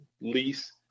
lease